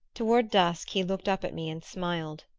toward dusk he looked up at me and smiled.